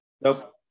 nope